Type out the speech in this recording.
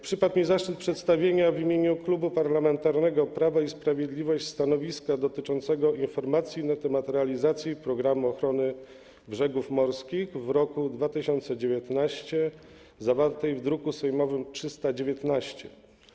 Przypadł mi zaszczyt przedstawienia w imieniu Klubu Parlamentarnego Prawo i Sprawiedliwość stanowiska dotyczącego informacji na temat realizacji „Programu ochrony brzegów morskich” w roku 2019, zawartej w druku sejmowym nr 319.